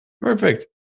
Perfect